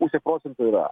pusė procento yra